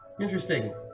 Interesting